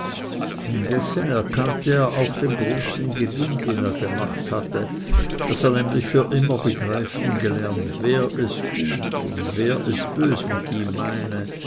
erkannte er auch den großen gewinn den er gemacht hatte daß er nämlich für immer begreifen gelernt wer es gut und wer es bös mit ihm meine